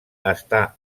està